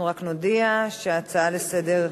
אני קובעת שהנושא מצבם